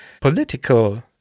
political